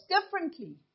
differently